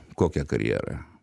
kokią karjerą